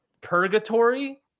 purgatory